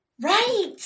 Right